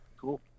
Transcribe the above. Cool